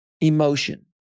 emotion